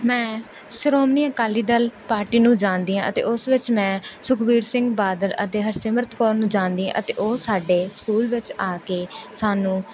ਮੈਂ ਸ਼੍ਰੋਮਣੀ ਅਕਾਲੀ ਦਲ ਪਾਰਟੀ ਨੂੰ ਜਾਣਦੀ ਹਾਂ ਅਤੇ ਉਸ ਵਿੱਚ ਮੈਂ ਸੁਖਬੀਰ ਸਿੰਘ ਬਾਦਲ ਅਤੇ ਹਰਸਿਮਰਤ ਕੌਰ ਨੂੰ ਜਾਣਦੀ ਹਾਂ ਅਤੇ ਉਹ ਸਾਡੇ ਸਕੂਲ ਵਿੱਚ ਆ ਕੇ ਸਾਨੂੰ